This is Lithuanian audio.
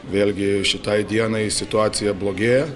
vėlgi šitai dienai situacija blogėja